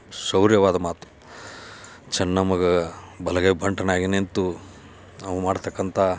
ಶೌರ್ಯವಾದ ಮಾತು ಚನ್ನಮ್ಮಗೆ ಬಲಗೈ ಬಂಟನಾಗಿ ನಿಂತು ಅವ ಮಾಡತಕ್ಕಂಥ